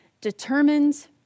determined